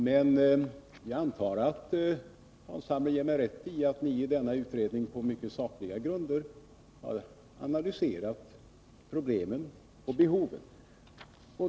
Men jag antar att Nils Carlshamre ger mig rätt iattniidenna utredning på mycket sakliga grunder har analyserat problemen och behoven.